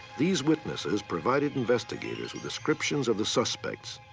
these witnesses provided investigators with descriptions of the suspects,